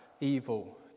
evil